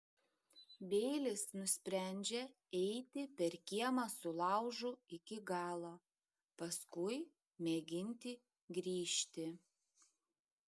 beilis nusprendžia eiti per kiemą su laužu iki galo paskui mėginti grįžti